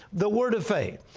the word of faith.